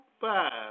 five